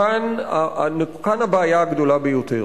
כאן הבעיה הגדולה ביותר.